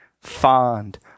fond